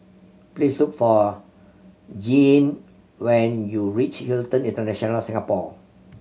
please look for Jeanne when you reach Hilton International Singapore